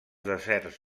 deserts